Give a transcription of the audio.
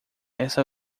essa